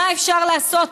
מה אפשר לעשות?